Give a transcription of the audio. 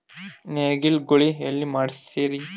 ನೇಗಿಲ ಗೂಳಿ ಎಲ್ಲಿ ಮಾಡಸೀರಿ?